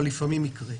אבל לפעמים זה יקרה,